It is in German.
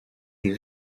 die